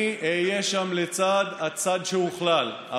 אני אהיה שם לצד הצד שהוכלל.